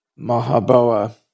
Mahaboa